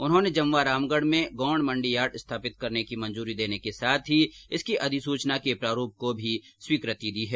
उन्होंने जमवारामगढ़ में गौण मंडी यार्ड स्थापित करने की मंजूरी देने के साथ ही इसकी अधिसुचना के प्रारूप को भी स्वीकृति दी है